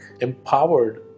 empowered